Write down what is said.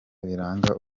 biranga